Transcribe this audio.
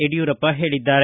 ಯಡಿಯೂರಪ್ಪ ಹೇಳಿದ್ದಾರೆ